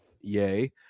Yay